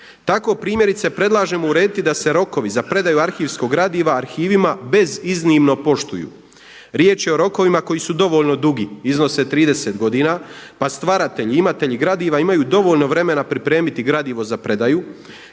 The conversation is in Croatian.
Tako primjerice predlažemo urediti da se rokovi za predaju arhivskog gradiva arhivima bez iznimno poštuju. Riječ je o rokovima koji su dovoljno dugi, iznose 30 godina pa stvaratelji, imatelji gradiva imaju dovoljno vremena pripremiti gradivo za predaju